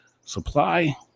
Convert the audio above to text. supply